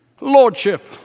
Lordship